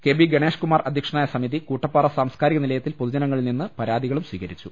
K B Ganesh Kumar അധ്യക്ഷനായ സമിതി കൂട്ടപ്പാറ സാംസ്കാരിക നിലയത്തിൽ പൊതുജനങ്ങളിൽ നിന്ന് പരാതികളും സ്വീകരിച്ചു